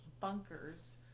bunkers